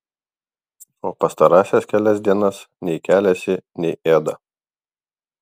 o pastarąsias kelias dienas nei keliasi nei ėda